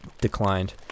declined